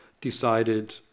decided